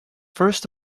first